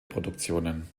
produktionen